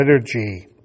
Liturgy